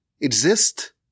exist